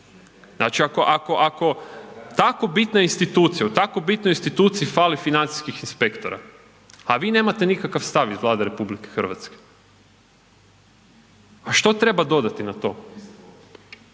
znači ako tako bitna institucija, u tako bitnoj instituciji fali financijskih inspektora, a vi nemate nikakav stav iz Vlade RH, pa što treba dodati na to.